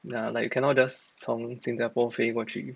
ya like you cannot just 从新加坡飞过去